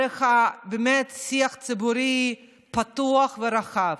באמת דרך שיח ציבורי פתוח ורחב,